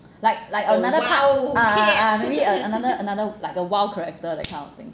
like like another part ah ah ah maybe another another like a wild character that kind of thing